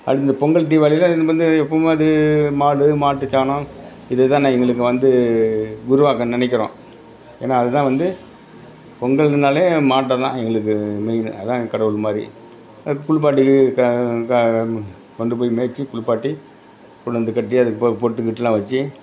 அது இந்த பொங்கல் தீபாவளிலாம் நம்ம வந்து எப்போமாவது மாடு மாட்டுச்சாணம் இது தான எங்களுக்கு வந்து உருவாக்க நினைக்குறோம் ஏன்னா அது தான் வந்து பொங்கல்னாலே மாட்டை தான் எங்களுக்கு மெயினு அதான் கடவுள் மாதிரி அது குளிப்பாட்டி க க கொண்டுப்போய் மேய்ச்சி குளிப்பாட்டி கொண்டார்ந்து கெட்டி அதுக்கு பொ பொட்டு கிட்டுலாம் வச்சி